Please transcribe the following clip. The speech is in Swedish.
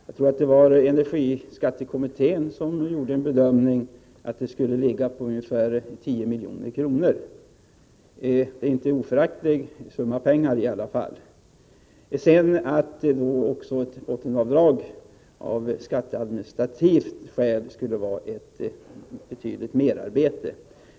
Jag tror att det var energiskattekommittén som gjorde en bedömning av detta och som kom fram till att bortfallet skulle ligga på ungefär 10 milj.kr., vilket ju är en icke föraktlig summa pengar. Till detta kommer att ett bottenavdrag rent skatteadministrativt skulle innebära ett betydande merarbete.